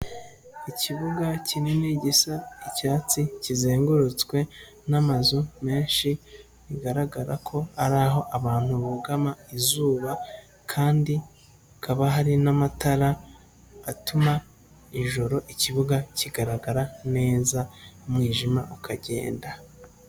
Ikibuga kinini gisa icyatsi kizengurutswe n'amazu menshi, bigaragara ko ari aho abantu bugama izuba kandi hakaba hari n'amatara atuma ijoro ikibuga kigaragara neza umwijima ukagenda.